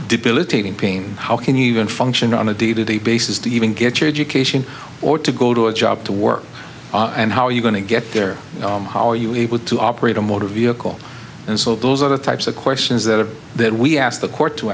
debilitating pain how can you even function on a day to day basis to even get your education or to go to a job to work and how you going to get there how are you able to operate a motor vehicle and so those are the types of questions that are that we asked the court to